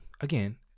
again